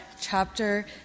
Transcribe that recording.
chapter